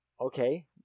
Okay